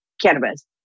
cannabis